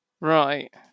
Right